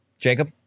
Jacob